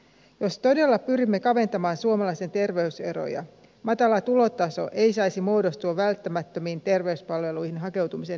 jos todella pyrimme kaventamaan suomalaisten terveyseroja matala tulotaso ei saisi muodostua välttämättömiin terveyspalveluihin hakeutumisen esteeksi